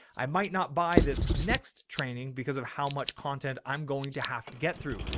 i might not buy this next training because of how much content i'm going to have to get through.